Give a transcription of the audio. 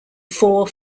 four